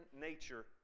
nature